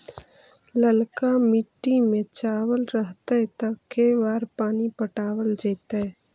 ललका मिट्टी में चावल रहतै त के बार पानी पटावल जेतै?